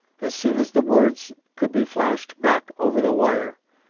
as soon as the words could be flashed back over the wire,